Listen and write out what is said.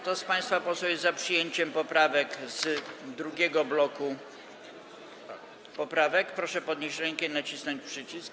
Kto z państwa posłów jest za przyjęciem poprawek z drugiego bloku poprawek, proszę podnieść rękę i nacisnąć przycisk.